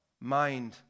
mind